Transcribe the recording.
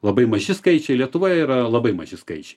labai maži skaičiai lietuvoje yra labai maži skaičiai